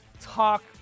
talk